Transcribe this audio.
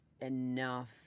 enough